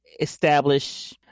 establish